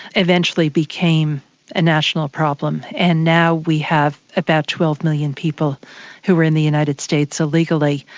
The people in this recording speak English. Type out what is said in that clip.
eventually became a national problem, and now we have about twelve million people who are in the united states illegally,